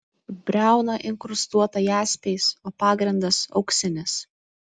briauna inkrustuota jaspiais o pagrindas auksinis